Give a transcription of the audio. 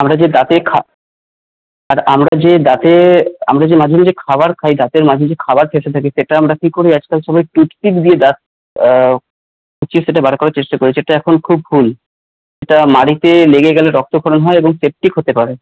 আমরা যে দাঁতে খা আর আমরা যে দাঁতে আমরা যে মাঝে মাঝে খাবার খাই দাঁতের মাঝে মাঝে খাবার ফেঁসে থাকে সেটা আমরা কি করি একটা সময় টুথপিক দিয়ে দাঁত খুঁচিয়ে সেটা বার করার চেষ্টা করি সেটা এখন খুব ভুল এটা মাড়িতে লেগে গেলে রক্তক্ষরণ হয় এবং সেপ্টিক হতে পারে